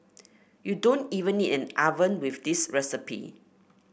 you don't even need an oven with this recipe